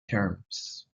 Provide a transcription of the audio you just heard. terms